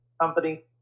company